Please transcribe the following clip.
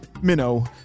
minnow